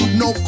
no